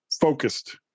focused